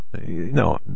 No